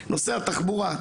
נושא התחבורה,